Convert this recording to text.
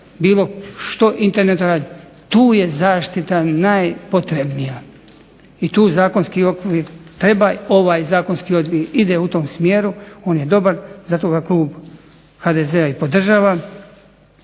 što, što Internet radi? Tu je zaštita najpotrebnija i tu zakonski okvir treba. Ovaj zakonski okvir ide u tom smjeru, on je dobar i zato ga klub HDZ-a i podržava.